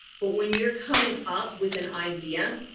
but when you're coming up with an idea.